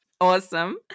Awesome